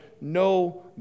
no